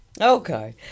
Okay